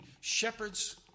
shepherds